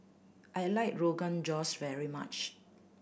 I like Rogan Josh very much